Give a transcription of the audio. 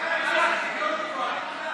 התנאי לשוויון זה קואליציה?